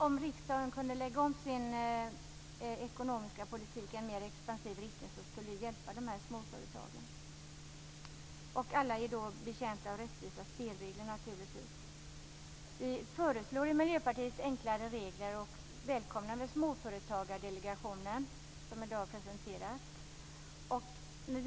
Om riksdagen kunde lägga om sin ekonomiska politik i en mer expansiv riktning skulle det hjälpa småföretagen. Alla är betjänta av rättvisa spelregler. Vi i Miljöpartiet föreslår enklare regler, och välkomnar Småföretagardelegationen som i dag presenterat sin rapport.